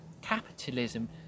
capitalism